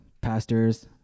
pastors